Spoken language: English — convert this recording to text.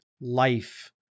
life